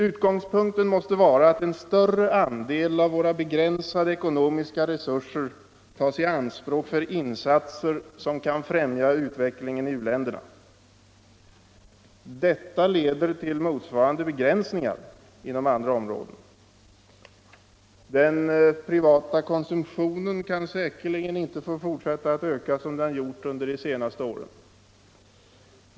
Utgångspunkten måste vara att en större andel av våra begränsade ekonomiska resurser tas i anspråk för insatser som kan främja utvecklingen i u-länderna. Detta leder till motsvarande begränsningar inom andra områden. Den privata konsumtionen kan säkerligen inte få fortsätta att öka som den gjort under de senaste åren.